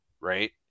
right